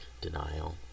denial